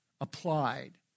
applied